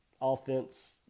offense